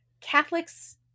Catholics